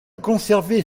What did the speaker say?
conserver